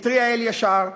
התריע אלישר,